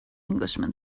englishman